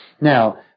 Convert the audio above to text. Now